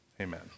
Amen